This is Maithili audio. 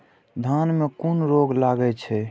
धान में कुन रोग लागे छै?